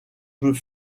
peut